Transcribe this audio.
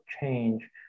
change